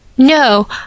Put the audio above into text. No